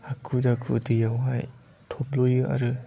हाखु दाखु दैयावहाय थब्ल'यो आरो